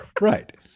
Right